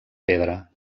pedra